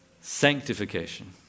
sanctification